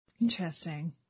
Interesting